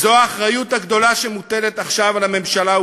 וזו האחריות הגדולה שמוטלת עכשיו על הממשלה,